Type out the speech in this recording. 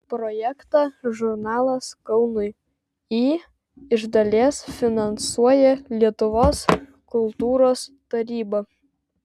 projektą žurnalas kaunui į iš dalies finansuoja lietuvos kultūros taryba